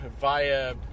via